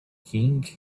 king